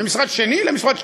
ממשרד שני למשרד שלישי,